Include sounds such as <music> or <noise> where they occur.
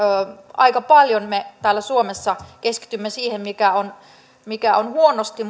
aika paljon me täällä suomessa keskitymme siihen mikä on mikä on huonosti <unintelligible>